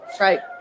Right